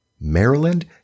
Maryland